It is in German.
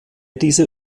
dieser